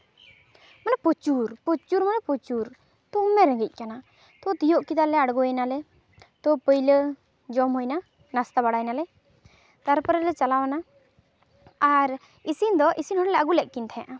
ᱢᱟᱱᱮ ᱯᱨᱚᱪᱩᱨ ᱯᱨᱚᱪᱩᱨ ᱢᱟᱱᱮ ᱯᱨᱚᱪᱩᱨ ᱫᱚᱢᱮ ᱨᱮᱸᱜᱮᱡ ᱠᱟᱱᱟ ᱛᱚ ᱛᱤᱭᱳᱜ ᱠᱮᱫᱟᱞᱮ ᱟᱬᱜᱚᱭᱱᱟᱞᱮ ᱛᱚ ᱯᱟᱹᱭᱞᱟᱹ ᱡᱚᱢ ᱦᱩᱭᱱᱟ ᱱᱟᱥᱛᱟ ᱵᱟᱲᱟᱭᱱᱟᱞᱮ ᱛᱟᱨᱯᱚᱨᱮ ᱞᱮ ᱪᱟᱞᱟᱣᱱᱟ ᱟᱨ ᱤᱥᱤᱱ ᱫᱚ ᱤᱥᱤᱱ ᱦᱚᱲᱞᱮ ᱟᱹᱜᱩᱞᱮᱫ ᱠᱤᱱ ᱛᱟᱦᱮᱸᱜᱼᱟ